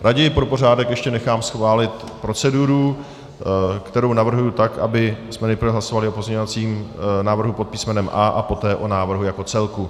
Raději pro pořádek ještě nechám schválit proceduru, kterou navrhuji tak, abychom nejprve hlasovali o pozměňovacím návrhu pod písmenem A a poté o návrhu jako celku.